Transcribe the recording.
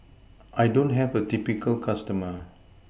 I don't have a typical customer